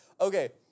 Okay